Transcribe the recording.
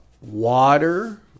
water